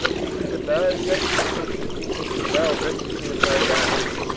thinking to bar thee of succession as thou refts me of my lands.